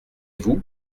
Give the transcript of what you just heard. vous